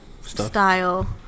style